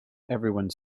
everyone